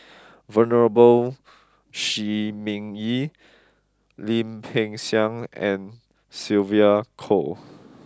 Venerable Shi Ming Yi Lim Peng Siang and Sylvia Kho